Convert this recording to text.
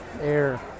air